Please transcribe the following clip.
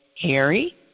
Harry